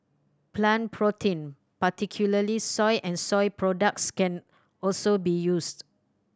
plant protein particularly soy and soy products can also be used